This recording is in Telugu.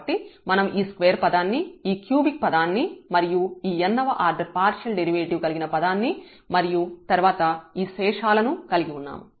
కాబట్టి మనం ఈ స్క్వేర్ పదాన్ని ఈ క్యూబిక్ పదాన్ని మరియు ఈ n వ ఆర్డర్ పార్షియల్ డెరివేటివ్ కలిగిన పదాన్ని మరియు తర్వాత ఈ శేషాలను కలిగి ఉన్నాము